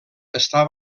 està